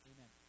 Amen